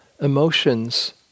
emotions